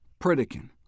Pritikin